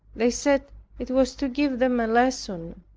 they said it was to give them a lesson.